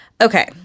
Okay